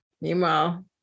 Meanwhile